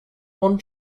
one